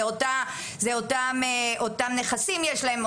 זה אותם נכסים יש להם,